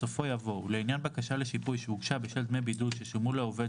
בסופו יבוא "ולעניין בקשה לשיפוי שהוגשה בשל דמי בידוד ששולמו לעובד